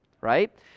right